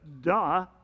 duh